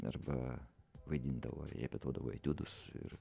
arba vaidindavo repetuodavau etiudus ir